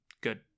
Good